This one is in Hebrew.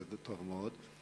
זה טוב מאוד.